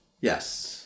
yes